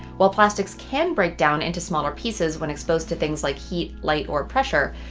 while plastics can break down into smaller pieces when exposed to things like heat, light, or pressure,